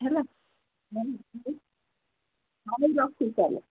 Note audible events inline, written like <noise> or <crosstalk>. ହେଲା <unintelligible> ହଉ ରଖୁଛି ତାହେଲେ